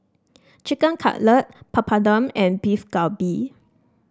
Chicken Cutlet Papadum and Beef Galbi